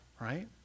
right